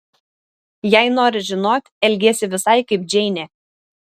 jei nori žinot elgiesi visai kaip džeinė